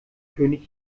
könig